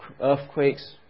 earthquakes